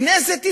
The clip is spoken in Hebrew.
כנסת ישראל.